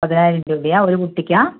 പതിനായിരം രൂപയാ ഒരു കുട്ടിക്ക്